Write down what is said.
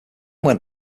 went